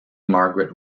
margaret